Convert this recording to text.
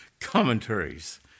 commentaries